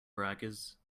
braggers